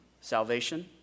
salvation